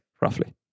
roughly